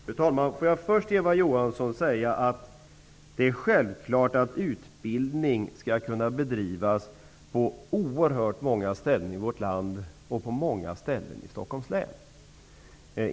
Fru talman! Det är självklart, Eva Johansson, att utbildning skall kunna bedrivas på oerhört många ställen i vårt land och på många ställen i Stockholms län.